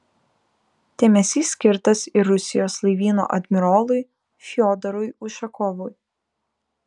dėmesys skirtas ir rusijos laivyno admirolui fiodorui ušakovui